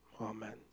Amen